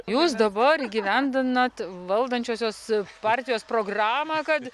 jūs dabar įgyvendinat valdančiosios partijos programą kad